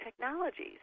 technologies